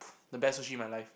the best sushi in my life